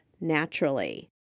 naturally